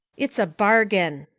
it's a bargain,